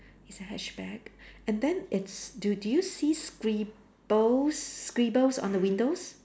it's a hatchback and then it's do do you see scribbles scribbles on the windows